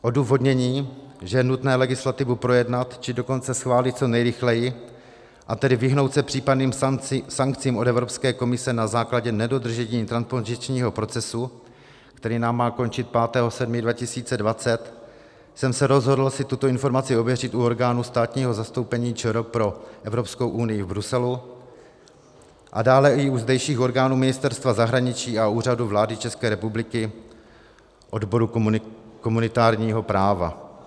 Odůvodnění, že je nutné legislativu projednat, či dokonce schválit co nejrychleji, a tedy vyhnout se případným sankcím od Evropské komise na základě nedodržení transpozičního procesu, který nám má končit 5. 7. 2020, jsem se rozhodl si tuto informaci ověřit u orgánů státního zastoupení ČR pro Evropskou unii v Bruselu a dále i u zdejších orgánů Ministerstva zahraničí a Úřadu vlády České republiky, odboru komunitárního práva.